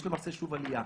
יש למעשה שוב עלייה.